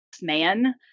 man